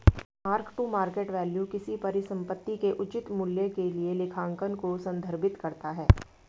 mark to market value किसी परिसंपत्ति के उचित मूल्य के लिए लेखांकन को संदर्भित करता है